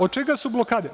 Od čega su blokade?